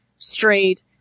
straight